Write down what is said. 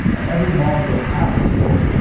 and every molecule has a story,